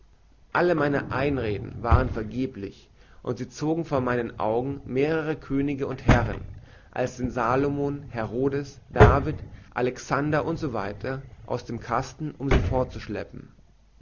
alle meine einreden waren vergeblich und sie zogen vor meinen augen mehrere könige und herren als den salomo herodes david alexander u s w aus dem kasten um sie